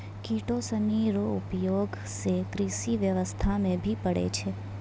किटो सनी रो उपयोग से कृषि व्यबस्था मे भी पड़ै छै